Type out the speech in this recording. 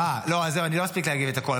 אני לא אספיק להגיד את הכול,